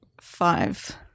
Five